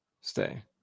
Stay